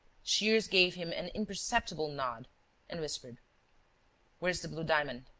shears gave him an imperceptible nod and whispered where is the blue diamond?